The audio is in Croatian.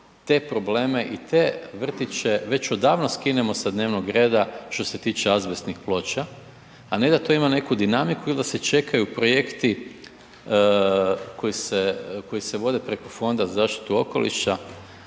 te probleme i te vrtiće već odavno skinemo sa dnevnog reda što se tiče azbestnih ploča, a ne da to ima neku dinamiku ili da se čekaju projekti koji se vode preko Fonda za zaštitu okoliša